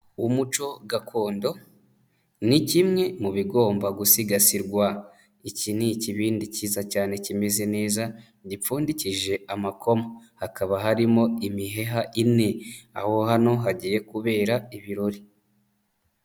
Umuco gakondo ni kimwe mu bigomba gusigasirwa, iki ni ikibindi kiza cyane kimeze neza gipfundikije amakoma, hakaba harimo imiheha ine aho hano hagiye kubera ibirori.